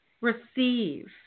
receive